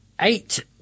eight